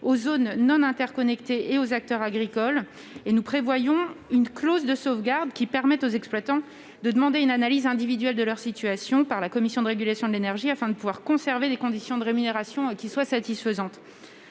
aux zones non interconnectées et aux acteurs agricoles et nous prévoyons une clause de sauvegarde qui permette aux exploitants de demander une analyse individuelle de leur situation par la Commission de régulation de l'énergie, afin de pouvoir conserver des conditions de rémunération qui soient satisfaisantes.